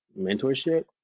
mentorship